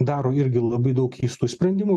daro irgi labai daug keistų sprendimų